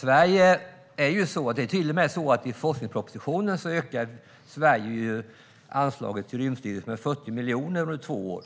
Det är till och med så att Sverige i forskningspropositionen ökar anslaget till Rymdstyrelsen med 40 miljoner över två år.